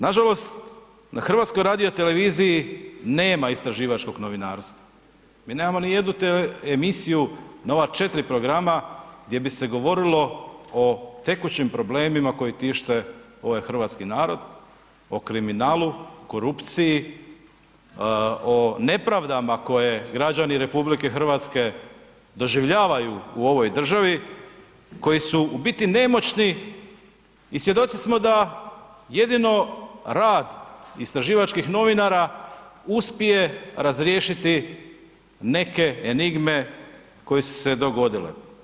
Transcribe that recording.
Nažalost, na HRT-u nema istraživačkog novinarstva, mi nemamo nijednu emisiju na ova 4 programa gdje bi se govorilo o tekućim problemima koji tište ovaj hrvatski narod, o kriminalu, korupciji, o nepravdama koje građani RH doživljavaju u ovoj državi, koji su u biti nemoćni i svjedoci smo da jedino rad istraživačkih novinara uspije razriješiti neke enigme koje su se dogodile.